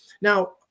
Now